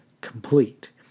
complete